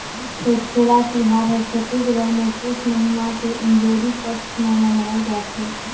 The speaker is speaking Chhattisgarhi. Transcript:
छेरछेरा तिहार हर छत्तीसगढ़ मे पुस महिना के इंजोरी पक्छ मे मनाए जथे